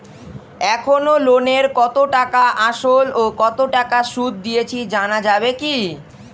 এখনো লোনের কত টাকা আসল ও কত টাকা সুদ দিয়েছি জানা যাবে কি?